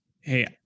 hey